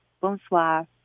Bonsoir